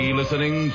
listening